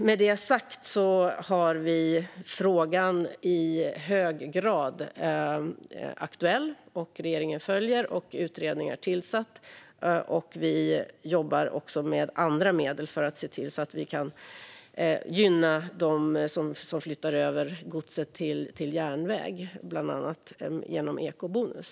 Med det sagt är frågan i hög grad aktuell. Regeringen följer den, en utredning är tillsatt och vi jobbar också med andra medel för att kunna gynna dem som flyttar över gods till bland annat järnväg genom ekobonus.